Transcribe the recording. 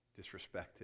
disrespected